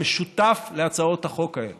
המשותף להצעות החוק האלה,